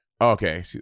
okay